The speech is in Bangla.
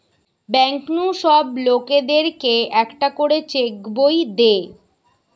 ব্যাঙ্ক নু সব লোকদের কে একটা করে চেক বই দে